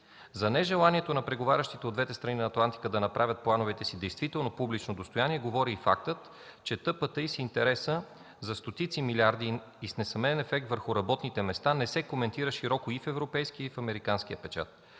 За нежеланието на преговарящите от двете страни на Атлантика да направят плановете си действително публично достояние говори и фактът, че ТПТИ с интереси за стотици милиарди и с несъмнен ефект върху работните места не се коментира широко и в европейския и в американския печат.